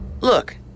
Look